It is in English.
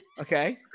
Okay